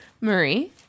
Marie